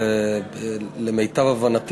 למיטב הבנתי,